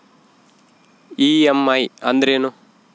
EMI ಅಂದ್ರೇನು?